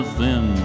thin